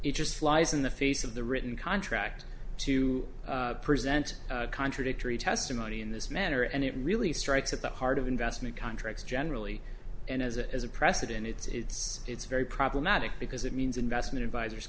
it just flies in the face of the written contract to present contradictory testimony in this matter and it really strikes at the heart of investment contracts generally and as a as a precedent it's it's very problematic because it means investment advisors